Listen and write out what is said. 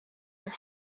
your